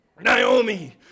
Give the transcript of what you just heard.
Naomi